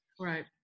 Right